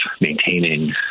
maintaining